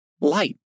light